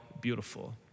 beautiful